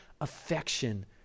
affection